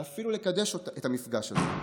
ואפילו לקדש את המפגש הזה.